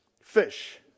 fish